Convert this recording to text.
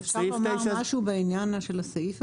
אפשר לומר משהו בעניין של הסעיף הזה?